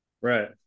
Right